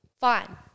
Fine